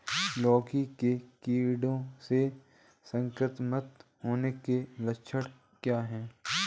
लौकी के कीड़ों से संक्रमित होने के लक्षण क्या हैं?